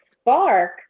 spark